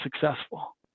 successful